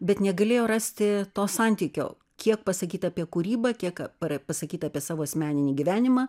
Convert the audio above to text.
bet negalėjo rasti to santykio kiek pasakyt apie kūrybą kiek a par pasakyt apie savo asmeninį gyvenimą